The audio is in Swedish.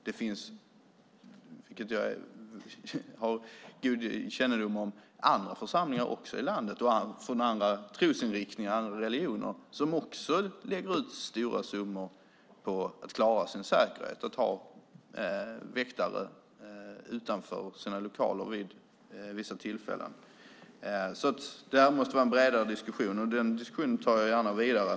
Det finns, vilket jag har god kännedom om, andra församlingar i landet, även inom andra trosinriktningar och religioner, som också lägger ut stora summor på att klara sin säkerhet, kanske med att ha väktare utanför sina lokaler vid vissa tillfällen. Detta måste alltså vara en bredare diskussion, och den diskussionen för jag gärna vidare.